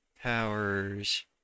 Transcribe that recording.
Powers